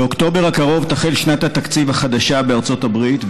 באוקטובר הקרוב תחל שנת התקציב החדשה בארצות הברית,